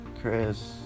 Chris